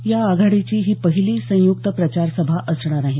या आघाडीची ही पहिली संयुक्त प्रचार सभा असणार आहे